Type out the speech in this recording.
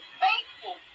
faithful